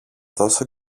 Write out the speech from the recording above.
δώσω